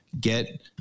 get